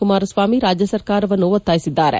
ಕುಮಾರಸ್ವಾಮಿ ರಾಜ್ಯ ಸರ್ಕಾರವನ್ನು ಒತ್ತಾಯಿಸಿದ್ದಾರೆ